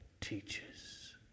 teaches